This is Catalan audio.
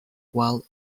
qual